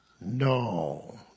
No